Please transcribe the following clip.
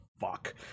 fuck